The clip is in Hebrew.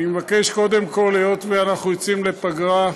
אני מבקש, קודם כול, היות שאנחנו יוצאים לפגרה,